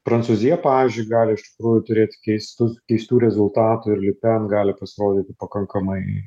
prancūzija pavyzdžiui gali iš tikrųjų turėti keistus keistų rezultatų ir le pen gali pasirodyti pakankamai